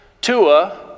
tua